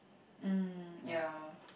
mm ya